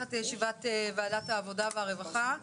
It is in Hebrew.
נפתח את ישיבת ועדת העבודה והרווחה,